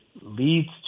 leads